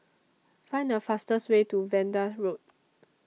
Find The fastest Way to Vanda Road